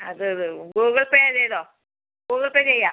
അത് Google Pay ചെയ്തോ Google Pay ചെയ്യാം